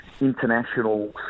international